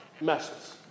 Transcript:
messes